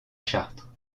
chartres